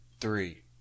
three